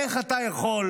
איך אתה יכול,